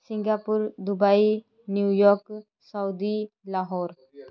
Singapore Dubai New York Saudi Lahore